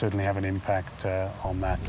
certainly have an impact on that